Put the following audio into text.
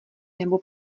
nebo